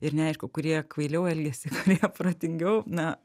ir neaišku kurie kvailiau elgiasi kurie protingiau na